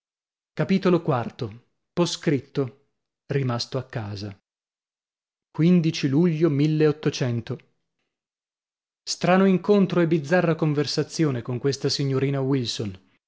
a io o scritto rimasto a casa luglio strano incontro e bizzarra conversazione con questa signorina wilson